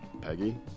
Peggy